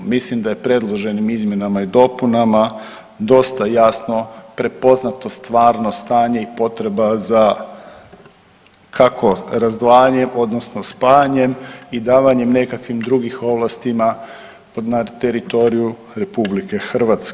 Mislim da je predloženim izmjenama i dopunama dosta jasno prepoznato stvarno stanje i potreba za kako razdvajanjem odnosno spajanjem i davanjem nekakvim drugih ovlastima na teritoriju RH.